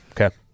Okay